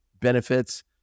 benefits